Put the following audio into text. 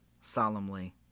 solemnly